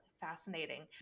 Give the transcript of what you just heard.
fascinating